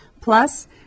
plus